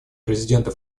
президента